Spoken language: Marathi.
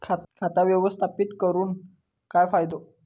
खाता व्यवस्थापित करून काय फायदो?